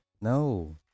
no